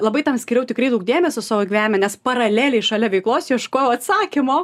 labai tam skyriau tikrai daug dėmesio savo gyvenime nes paraleliai šalia veiklos ieškojau atsakymo